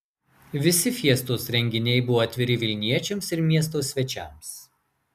visi fiestos renginiai buvo atviri vilniečiams ir miesto svečiams